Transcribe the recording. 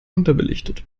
unterbelichtet